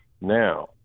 Now